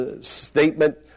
statement